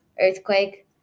earthquake